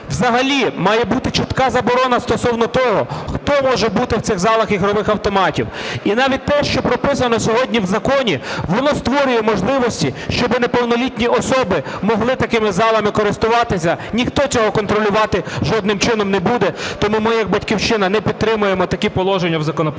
Взагалі має бути чітка заборона стосовно того, хто може бути в цих залах ігрових автоматів. І навіть те, що прописано сьогодні в законі, воно створює можливості, щоби неповнолітні особи могли такими залами користуватися, ніхто цього контролювати жодним чином не буде. Тому ми як "Батьківщина" не підтримуємо такі положення в законопроекті.